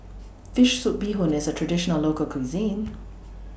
Fish Soup Bee Hoon IS A Traditional Local Cuisine